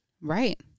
Right